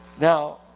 Now